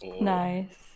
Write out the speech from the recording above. Nice